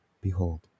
Behold